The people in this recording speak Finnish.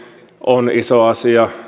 on iso asia